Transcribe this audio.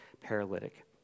paralytic